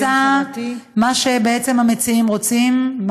אני ממליצה מה שהמציעים רוצים,